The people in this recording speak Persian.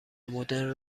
مدرن